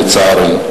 לצערנו.